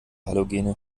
halogene